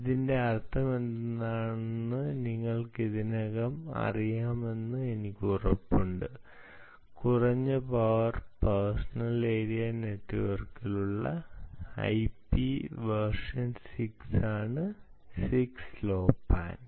ഇതിന്റെ അർത്ഥമെന്താണെന്ന് നിങ്ങൾക്ക് ഇതിനകം അറിയാമെന്ന് എനിക്ക് ഉറപ്പുണ്ട് കുറഞ്ഞ പവർ പേഴ്സണൽ ഏരിയ നെറ്റ്വർക്കുകൾക്കുള്ള IPv6 ആണ് 6 LowPan